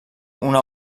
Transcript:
una